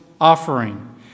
Offering